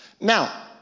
Now